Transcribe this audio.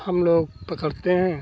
हम लोग पकड़ते हैं